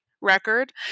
record